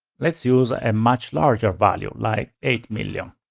let's use a and much larger value, like eight million.